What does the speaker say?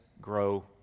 grow